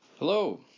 Hello